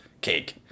cake